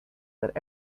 that